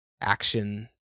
action